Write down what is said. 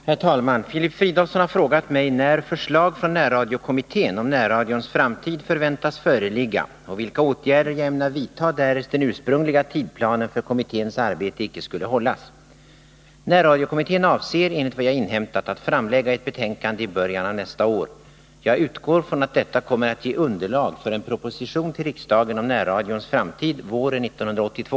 Herr talman! Filip Fridolfsson har frågat mig när förslag från närradiokommittén om närradions framtid förväntas föreligga och vilka åtgärder jag ämnar vidtaga därest den ursprungliga tidsplanen för kommitténs arbete icke skulle hållas. Närradiokommittén avser enligt vad jag inhämtat att framlägga ett betänkande i början av nästa år. Jag utgår från att detta kommer att ge underlag för en proposition till riksdagen om närradions framtid våren 1982.